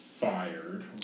fired